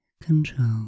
control